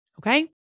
Okay